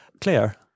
clear